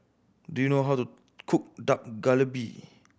do you know how to cook Dak Galbi